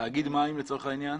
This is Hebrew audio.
תאגיד מים לצורך העניין?